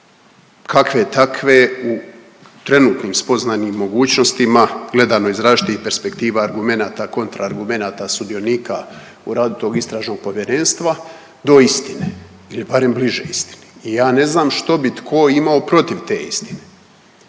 kakve takve u trenutnim spoznajnim mogućnostima gledano iz različitih perspektiva, argumenata, kontra argumenata sudionika u radu tog Istražnog povjerenstva do istine ili barem bliže istini. I ja ne znam što bi tko imao protiv te istine?